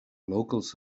locals